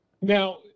Now